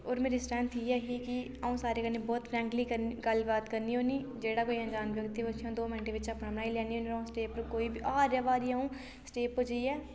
होर मेरी स्ट्रैंथ इ'यै कि अ'ऊं सारें कन्नै बोह्त फ्रैकलिंग करनी गल्लबात करनी होन्नीं जेह्ड़ा बी कोई अंजान व्यक्ति होऐ दो मैंटें बिच्च अपना बनाई लैन्नी होन्नी हर स्टेज पर कोई बी हर बारी अ'ऊं स्टेज पर जाइयै